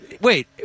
wait